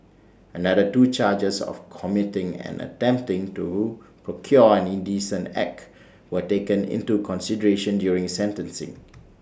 another two charges of committing and attempting to procure an indecent act were taken into consideration during sentencing